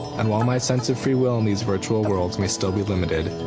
and while my sense of free will in these virtual worlds may still be limited,